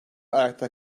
ayakta